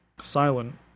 silent